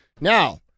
Now